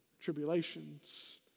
tribulations